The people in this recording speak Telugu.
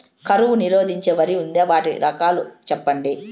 కరువు నిరోధించే వరి ఉందా? వాటి రకాలు చెప్పండి?